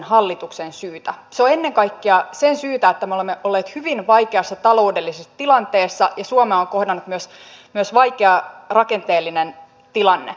se on ennen kaikkea sen syytä että me olemme olleet hyvin vaikeassa taloudellisessa tilanteessa ja suomea on kohdannut myös vaikea rakenteellinen tilanne